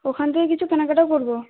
ওখান থেকে কিছু কেনাকাটাও করবো